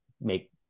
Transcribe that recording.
make